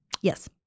Yes